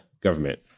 government